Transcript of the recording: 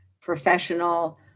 professional